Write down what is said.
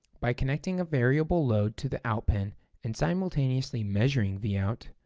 by connecting a variable load to the out pin and simultaneously measuring vout,